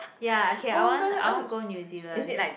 ya okay I want I want go New-Zealand